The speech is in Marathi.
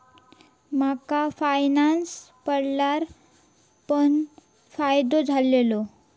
माका फायनांस पडल्यार पण फायदो झालेलो